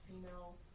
female